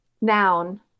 Noun